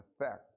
effect